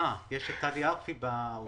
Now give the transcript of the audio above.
בזום נמצאת טלי ארפי.